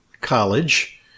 college